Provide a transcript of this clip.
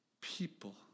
people